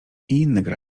inne